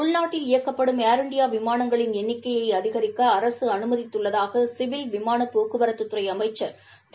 உள்நாட்டில் இயக்கப்படும் இந்தியாவிமானங்களின் எர் எண்ணிக்கையைஅதிகரிக்கஅரசுஅனுமதித்துள்ளதாகசிவில் விமானபோக்குவரத்துதுறைஅமைச்சர் திரு